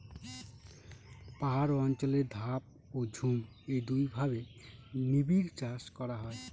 পাহাড় অঞ্চলে ধাপ ও ঝুম এই দুইভাবে নিবিড়চাষ করা হয়